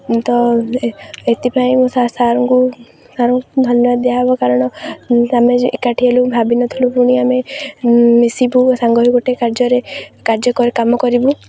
ତ ଏଥିପାଇଁ ମୁଁ ସାର୍ଙ୍କୁ ସାର୍ଙ୍କୁ ଧନ୍ୟବାଦ ଦିଆହେବ କାରଣ ଆମେ ଏକାଠି ହେଲୁ ଭାବିିନଥିଲୁ ପୁଣି ଆମେ ମିଶିବୁ ସାଙ୍ଗରେ ଗୋଟେ କାର୍ଯ୍ୟରେ କାର୍ଯ୍ୟ କରି କାମ କରିବୁ